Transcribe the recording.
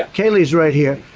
kayleigh's right here.